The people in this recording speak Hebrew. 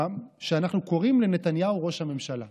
שאנחנו קוראים לנתניהו "ראש הממשלה".